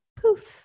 poof